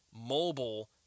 mobile